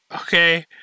okay